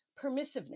permissiveness